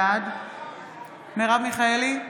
בעד מרב מיכאלי,